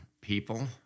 people